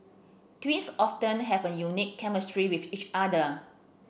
twins often have a unique chemistry with each other